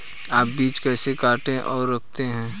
आप बीज कैसे काटते और रखते हैं?